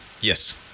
Yes